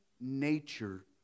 nature